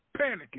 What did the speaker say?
panicking